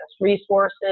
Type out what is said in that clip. resources